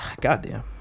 goddamn